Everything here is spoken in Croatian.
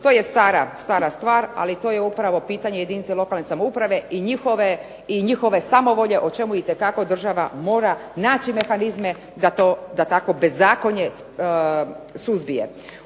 To je stara stvar ali to je upravo pitanje jedinice lokalne samouprave i njihove samovolje o čemu itekako država mora naći mehanizme da takvo bezakonje suzbije.